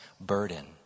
burden